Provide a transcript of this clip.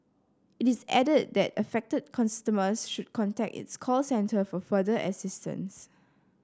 it is added that affected should contact its call centre for further assistance